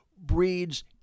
breeds